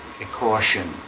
caution